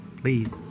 Please